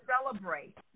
celebrate